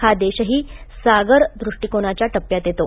हा देशही सागर दृष्टीकोनाच्या टप्प्यात येतो